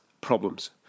problems